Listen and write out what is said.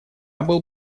был